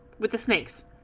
with a six